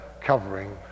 covering